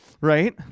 Right